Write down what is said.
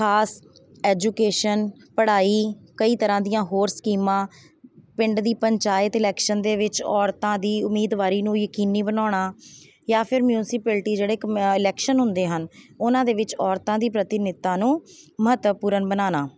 ਖ਼ਾਸ ਐਜੂਕੇਸ਼ਨ ਪੜ੍ਹਾਈ ਕਈ ਤਰ੍ਹਾਂ ਦੀਆਂ ਹੋਰ ਸਕੀਮਾਂ ਪਿੰਡ ਦੀ ਪੰਚਾਇਤ ਇਲੈਕਸ਼ਨ ਦੇ ਵਿੱਚ ਔਰਤਾਂ ਦੀ ਉਮੀਦਵਾਰ ਨੂੰ ਯਕੀਨੀ ਬਣਾਉਣਾ ਜਾਂ ਫਿਰ ਮਿਊਨਸੀਪਲਟੀ ਜਿਹੜੇ ਇਲੈਕਸ਼ਨ ਹੁੰਦੇ ਹਨ ਉਹਨਾਂ ਦੇ ਵਿੱਚ ਔਰਤਾਂ ਦੀ ਪ੍ਰਤੀਨਿਧਤਾ ਨੂੰ ਮਹੱਤਵਪੂਰਨ ਬਣਾਉਣਾ